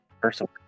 personal